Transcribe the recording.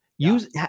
Use